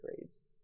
grades